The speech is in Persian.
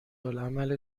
العمل